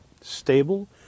stable